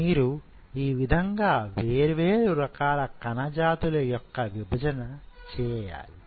మీరు ఈ విధంగా వేర్వేరు రకాల కణ జాతుల యొక్క విభజన చేయాలి